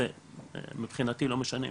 זה מבחינתי לא משנה,